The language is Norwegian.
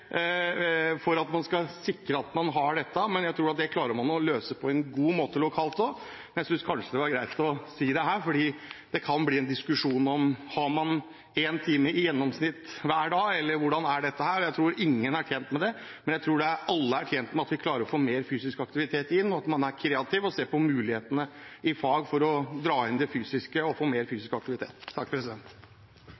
for at man skal sikre at man har dette. Jeg tror at det klarer man å løse på en god måte lokalt. Jeg synes det var greit å si det her, fordi det kan bli en diskusjon om man har én time i gjennomsnitt hver dag, eller hvordan det er – og jeg tror ingen er tjent med det. Men jeg tror alle er tjent med at vi klarer å få mer fysisk aktivitet inn, og at man er kreativ og ser på mulighetene innen fagene for å dra inn det fysiske og få mer